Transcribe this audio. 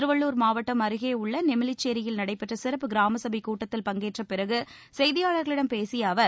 திருவள்ளூர் மாவட்டம் அருகே உள்ள நெமிலிச்சேரியில் நடைபெற்ற சிறப்பு கிராமசபைக் கூட்டத்தில் பங்கேற்ற பிறகு செய்தியாளர்களிடம் பேசிய அவர்